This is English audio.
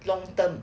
long term